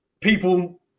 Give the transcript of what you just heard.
people